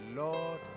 Lord